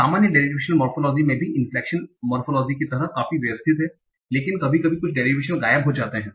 सामान्य derivational morphology में भी इनफ्लेकशन मोरफोलोजी की तरह काफी व्यवस्थित है लेकिन कभी कभी कुछ डेरिवेशनस गायब हो जाते हैं